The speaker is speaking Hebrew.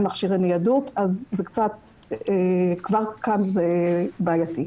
מכשירי ניידות כבר כאן זה בעייתי.